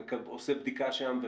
ועושה בדיקה שם,